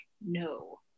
No